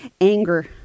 anger